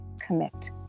commit